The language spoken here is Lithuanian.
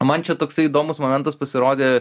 man čia toksai įdomus momentas pasirodė